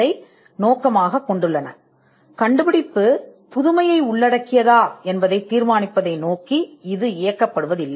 ஒரு கண்டுபிடிப்பு புதுமையை உள்ளடக்கியதா என்பதை தீர்மானிப்பதை நோக்கி இது இயக்கப்படவில்லை